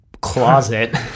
closet